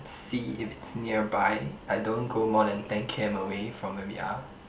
see if it's nearby I don't go more than ten k_m away from where we are